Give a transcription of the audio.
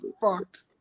fucked